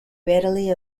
readily